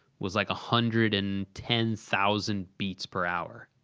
was like a hundred and ten thousand beats per hour.